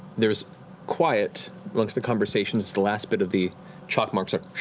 there's quiet amongst the conversations as the last bit of the chalk marks are